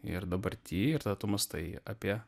ir dabarty ir tada tu mąstai apie